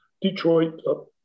Detroit